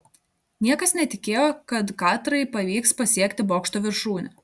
niekas netikėjo kad katrai pavyks pasiekti bokšto viršūnę